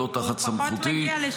ולא תחת סמכותי -- הוא פחות מגיע לשאילתות.